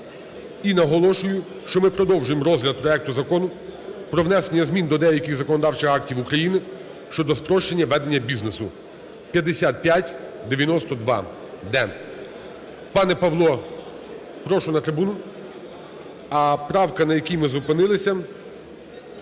І наголошую, що ми продовжуємо розгляд проекту Закону про внесення змін до деяких законодавчих актів України щодо спрощення ведення бізнесу (5592-д). Пане Павло, прошу на трибуну. А правка, на якій ми зупинилися,